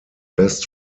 best